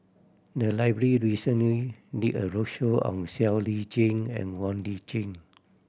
the library recently did a roadshow on Siow Lee Chin and Wong Lip Chin